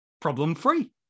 problem-free